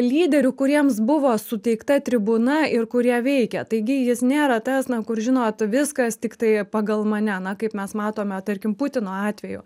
lyderių kuriems buvo suteikta tribūna ir kurie veikia taigi jis nėra tas na kur žinot viskas tiktai pagal mane na kaip mes matome tarkim putino atveju